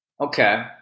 Okay